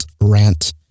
rant